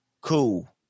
Cool